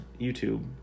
YouTube